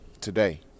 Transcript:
today